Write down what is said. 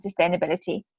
sustainability